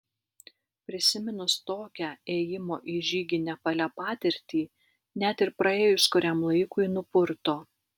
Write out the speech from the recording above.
prisiminus tokią ėjimo į žygį nepale patirtį net ir praėjus kuriam laikui nupurto